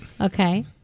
okay